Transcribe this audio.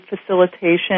facilitation